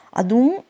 adum